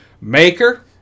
maker